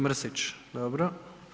Mrsić, dobro.